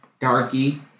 darky